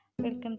Welcome